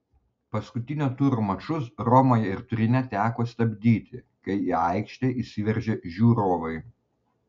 paskutinio turo mačus romoje ir turine teko stabdyti kai į aikštę įsiveržė žiūrovai